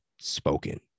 Spoken